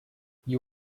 you